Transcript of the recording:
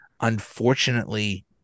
unfortunately